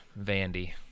Vandy